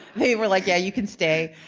they were like, yeah you can stay.